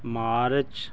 March